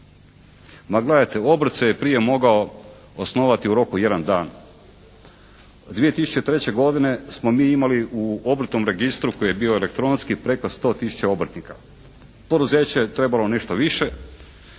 ma gledajte obrt se je prije mogao osnovati u roku jedan dan. 2003. godine smo mi imali u Obrtnom registru koji je bio elektronski preko 100 tisuća obrtnika. Poduzeće je trebalo nešto više.